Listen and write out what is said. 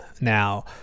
now